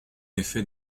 effet